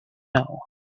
know